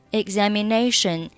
examination